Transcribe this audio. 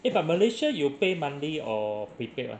eh but malaysia you pay monthly or prepaid [one]